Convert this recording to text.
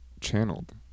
channeled